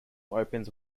opens